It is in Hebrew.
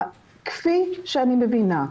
כפי שאני מבינה,